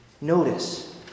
Notice